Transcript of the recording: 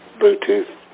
Bluetooth